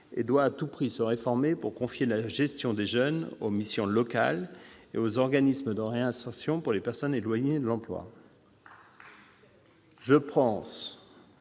et doit à tout prix se réformer pour confier la gestion des jeunes aux missions locales et aux organismes de réinsertion celle des personnes éloignées de l'emploi. Je pense